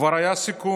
כבר היה סיכום,